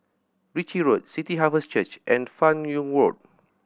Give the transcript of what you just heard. Ritchie Road City Harvest Church and Fan Yoong Road